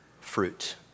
fruit